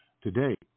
today